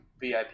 VIP